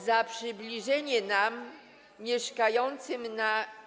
za przybliżenie nam, mieszkającym na.